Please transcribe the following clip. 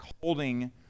holding